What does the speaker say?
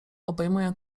obejmuję